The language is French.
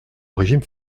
régime